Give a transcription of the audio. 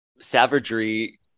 savagery